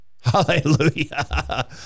Hallelujah